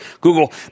Google